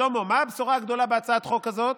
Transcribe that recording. שלמה, מה הבשורה הגדולה בהצעת החוק הזאת?